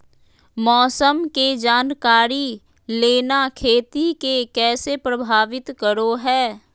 मौसम के जानकारी लेना खेती के कैसे प्रभावित करो है?